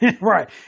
right